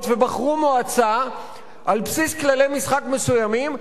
ובחרו מועצה על בסיס כללי משחק מסוימים,